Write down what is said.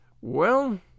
Well